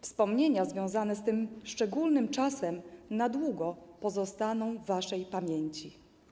Wspomnienia związane z tym szczególnym czasem na długo pozostaną w waszej pamięci.